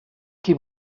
qui